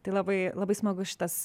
tai labai labai smagu šitas